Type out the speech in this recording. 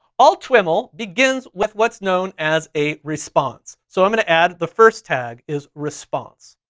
all twiml begins with what's known as a response. so i'm gonna add the first tag is response.